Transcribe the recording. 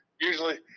usually